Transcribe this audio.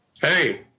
Hey